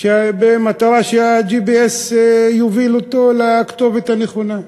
במטרה שה-GPS יוביל אותו לכתובת הנכונה.